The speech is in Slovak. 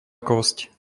kosť